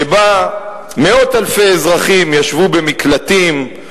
שבה מאות אלפי אזרחים ישבו במקלטים,